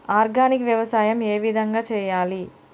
Organic వ్యవసాయం ఏ విధంగా చేయాలి?